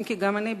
אם כי גם אני,